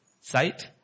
sight